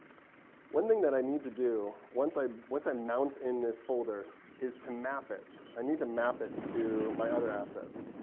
one thing that i need to do once i once i mount in this folder is to map it. i need to map it to my other assets.